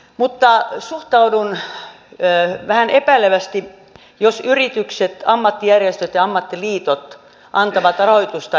mutta suhtaudun vähän epäilevästi siihen jos yritykset ammattijärjestöt ja ammattiliitot antavat rahoitusta edustajille